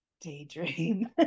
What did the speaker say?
daydream